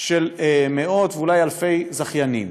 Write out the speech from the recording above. של מאות ואולי אלפי זכיינים.